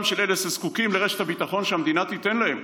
של אלה שזקוקים לרשת הביטחון שהמדינה תיתן להם,